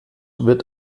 wird